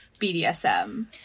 BDSM